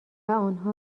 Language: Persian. آنها